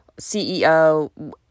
CEO